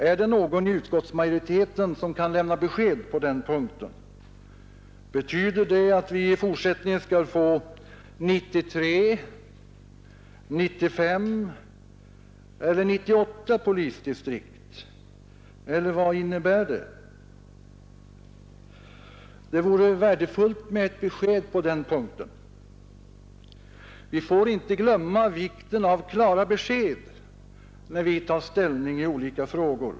Är det någon inom utskottsmajoriteten som kan lämna besked om detta? Betyder det att vi i fortsättningen skall få 93, 95 eller 98 polisdistrikt efler vad innebär det? Det vore värdefullt med ett besked på den punkten. Vi får inte glömma vikten av klara besked, då vi tar ställning i olika frågor.